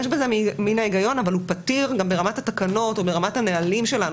יש בזה מן ההיגיון אבל הוא פתיר גם ברמת התקנות או ברמת הנהלים שלנו.